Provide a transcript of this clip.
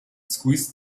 squeezed